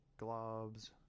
globs